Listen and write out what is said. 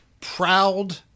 proud